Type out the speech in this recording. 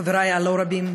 חברי הלא-רבים,